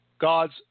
God's